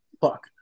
Fuck